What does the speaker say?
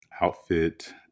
outfit